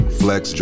flex